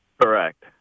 Correct